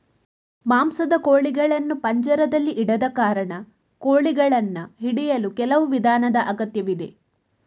ಮಾಂಸದ ಕೋಳಿಗಳನ್ನು ಪಂಜರದಲ್ಲಿ ಇಡದ ಕಾರಣ, ಕೋಳಿಗಳನ್ನು ಹಿಡಿಯಲು ಕೆಲವು ವಿಧಾನದ ಅಗತ್ಯವಿದೆ